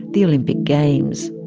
the olympic games.